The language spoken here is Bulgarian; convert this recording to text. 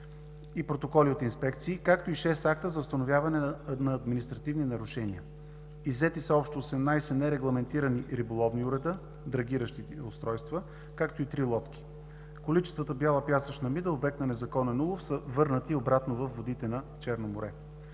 и протоколи от инспекции, както и 6 акта за установяване на административни нарушения. Иззети са общо 18 нерегламентирани риболовни уреда – драгиращи устройства, както и три лодки. Количествата бяла пясъчни мида, обект на незаконен улов, са върнати обратно във водите на Черно море.